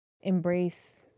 embrace